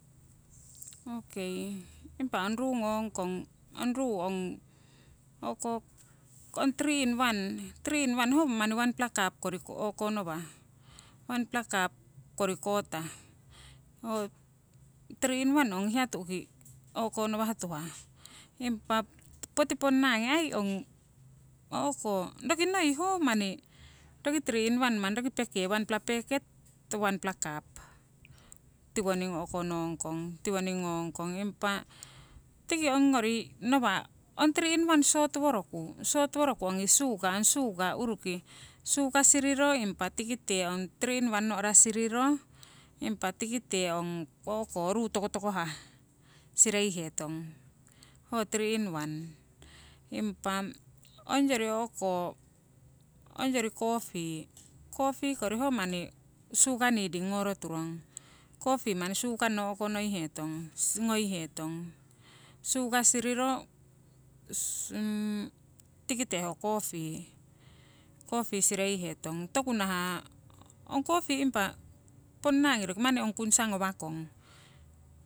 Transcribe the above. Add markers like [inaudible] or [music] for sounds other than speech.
Okei impa ong ruu ngongkong, ong ruu ong o'ko ong tri in wan, tri in wan ho manni wanpla cup kori o'konowah, wanpla cup kori kotah. Ho tri in wan ho hiya tu'ki o'konowah tuhah, impa poti ponna ngi aii ong o'ko roki noi ho manni roki tri in wan roki peke wanpla peket wanpla cup tiworing o'ko nongkong, tiwoning ngongkong. Impa tiki ongyori nawa' ong tri in wan sot woroku, sot woroku ongi sugar, ong sugar uruki, sugar siriro tikite impa ong tri in wan no`ra siriro impa tikite ong ruu tokotokohah sireihetong, ho tri in wan. Impa ongyori o`ko ongyori coffee, coffee kori ho manni sugar needing ngoro turong. Coffee manni sugarnno o'konoihetong ngoihetong, sugar siriro [hesitation] tikite ho coffee, coffee sireihetong toku nahah, ong coffee impa ponna ngi manni ho kunsa ngawakong